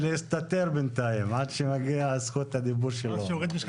בקצה השרשרת של כל הדבר המורכב